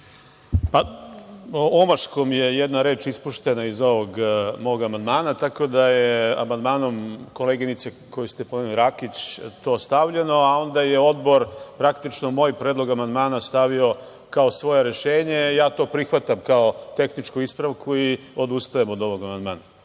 Pa, omaškom je jedna reč ispuštena iz ovog mog amandmana tako da je amandmanom koleginice koju ste pomenuli Rakić, to stavljeno, a onda je Odbor praktično moj predlog amandmana stavio kao svoje rešenje, ja to prihvatam kao tehničku ispravku i odustajem od ovog amandmana.